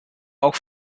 auch